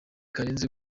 karenzi